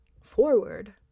forward